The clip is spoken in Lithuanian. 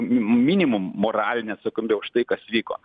minimum moralinę atsakomybę už tai kas vyko